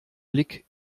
blick